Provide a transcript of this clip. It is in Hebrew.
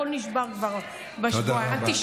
הכול נשבר כאן בשבועיים האלה.